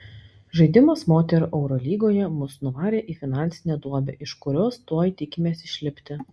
žaidimas moterų eurolygoje mus nuvarė į finansinę duobę iš kurios tuoj tikimės išlipti